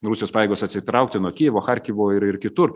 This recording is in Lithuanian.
rusijos pajėgos atsitraukti nuo kijevo charkivo ir kitur